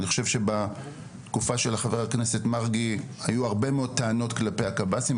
אני חושב שבתקופה של חבר הכנסת מרגי היו הרבה מאוד טענות כלפי הקב"סים,